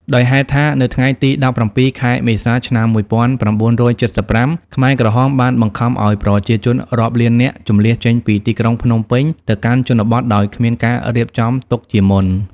ដោយហេតុថា នៅថ្ងៃទី ១៧ ខែមេសា ឆ្នាំ ១៩៧៥ ខ្មែរក្រហមបានបង្ខំឲ្យប្រជាជនរាប់លាននាក់ជម្លៀសចេញពីទីក្រុងភ្នំពេញទៅកាន់ជនបទដោយគ្មានការរៀបចំទុកជាមុន។